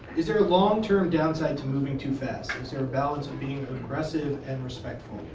is there long term downside to moving too fast? is there balance being aggressive and respectful?